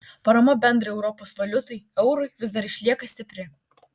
parama bendrai europos valiutai eurui vis dar išlieka stipri